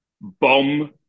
bomb